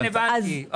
כן, הבנתי.